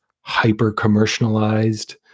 hyper-commercialized